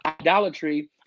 idolatry